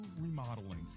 remodeling